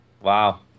wow